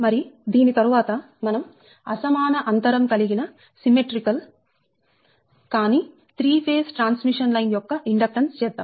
మరి దీని తరువాత మనం అసమాన అంతరం కలిగిన సిమ్మెట్రీకల్ కాని 3 ఫేజ్ ట్రాన్స్మిషన్ లైన్ యొక్క ఇండక్టెన్స్ చేద్దాం